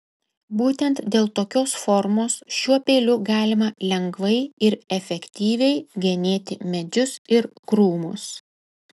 būtent dėl tokios formos šiuo peiliu galima lengvai ir efektyviai genėti medžius ir krūmus